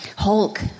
Hulk